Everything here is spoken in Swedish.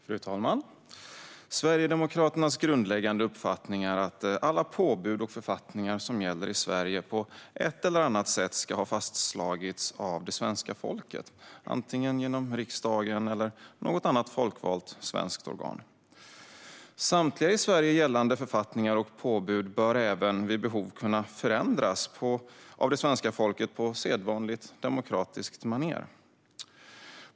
Fru talman! Sverigedemokraternas grundläggande uppfattning är att alla påbud och författningar som gäller i Sverige på ett eller annat sätt ska ha fastslagits av svenska folket genom antingen riksdagen eller något annat folkvalt svenskt organ. Samtliga i Sverige gällande författningar och påbud bör även vid behov kunna förändras av svenska folket på sedvanligt demokratiskt manér.